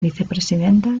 vicepresidenta